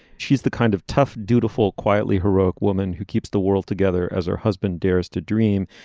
she's the kind of tough dutiful quietly heroic woman who keeps the world together as her husband dares to dream.